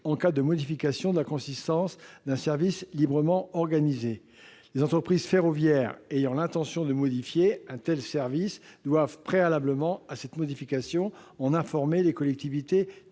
en cas de modification de la consistance d'un service librement organisé. Les entreprises ferroviaires ayant l'intention de modifier un tel service doivent préalablement en informer les collectivités